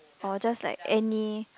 or just like any